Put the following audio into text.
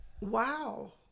wow